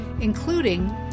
including